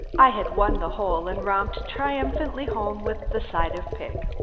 i had won the hole and romped triumphantly home with the side of pig.